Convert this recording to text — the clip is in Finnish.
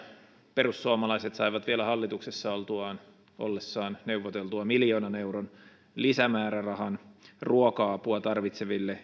perussuomalaiset saivat vielä hallituksessa ollessaan neuvoteltua miljoonan euron lisämäärärahan ruoka apua tarvitseville